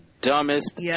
Dumbest